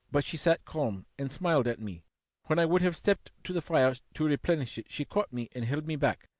but she sat calm, and smiled at me when i would have stepped to the fire to replenish it, she caught me and held me back,